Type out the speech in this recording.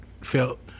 felt